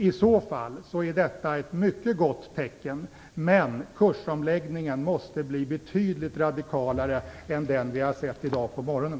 I så fall är detta ett mycket gott tecken, men kursomläggningen måste bli betydligt radikalare än den som vi sett i dag på morgonen.